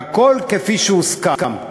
והכול כפי שהוסכם.